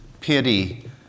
pity